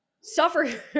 suffer